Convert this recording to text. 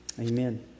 Amen